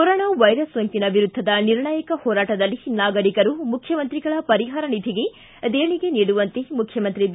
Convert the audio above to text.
corona ಸೋಂಕಿನ ವಿರುದ್ದದ ನಿರ್ಣಾಯಕ ಹೋರಾಟದಲ್ಲಿ ನಾಗರಿಕರು ಮುಖ್ಯಮಂತ್ರಿಗಳ ಪರಿಹಾರ ನಿಧಿಗೆ ದೇಣಿಗೆ ನೀಡುವಂತೆ ಮುಖ್ಯಮಂತ್ರಿ ಬಿ